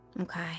Okay